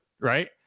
right